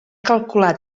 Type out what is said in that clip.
calcular